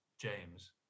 James